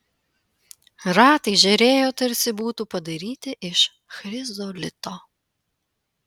ratai žėrėjo tarsi būtų padaryti iš chrizolito